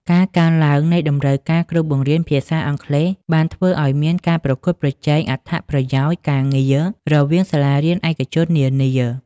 ការកើនឡើងនៃតម្រូវការគ្រូបង្រៀនភាសាអង់គ្លេស បានធ្វើឱ្យមានការប្រកួតប្រជែងអត្ថប្រយោជន៍ការងាររវាងសាលារៀនឯកជននានា។